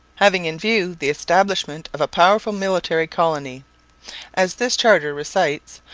having in view the establishment of a powerful military colony as this charter recites,